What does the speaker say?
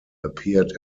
appeared